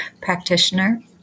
practitioner